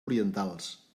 orientals